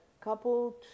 couple